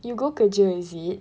you go kerja is it